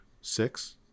six